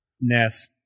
Ness